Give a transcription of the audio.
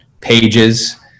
pages